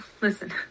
listen